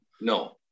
No